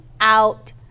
out